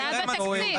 אתה טועה.